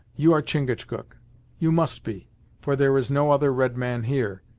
you are chingachgook you must be for there is no other red man here,